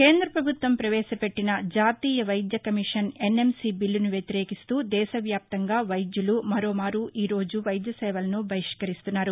కేంద పభుత్వం పవేశపెట్టిన జాతీయ వైద్య కమిషన్ ఎన్ఎంసీ బిల్లును వ్యతిరేకిస్తూ దేశవ్యాప్తంగా వైద్యులు మరోమారు ఈరోజు వైద్యసేవలను బహిష్కరిస్తున్నారు